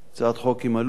הצעת חוק עם עלות,